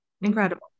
incredible